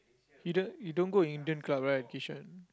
you don't you don't go Indian club right Kishan